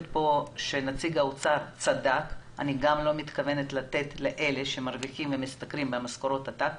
נציג האוצר צדק: גם אני לא מתכוונת לתת למי שמשתכר במשכורות עתק.